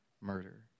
murder